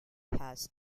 has